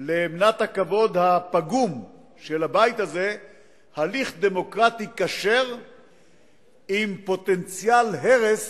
למנת הכבוד הפגום של הבית הזה הליך דמוקרטי כשר עם פוטנציאל הרס